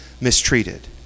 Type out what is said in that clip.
mistreated